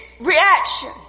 reaction